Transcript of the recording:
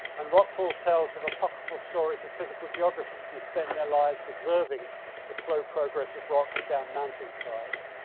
and rock falls tells of apocryphal stories of physical geographers who spend their lives observing the slow progress of rocks down mountain sides,